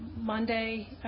Monday